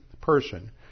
person